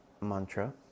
mantra